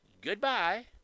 goodbye